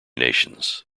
nations